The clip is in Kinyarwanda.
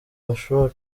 mashuri